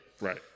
Right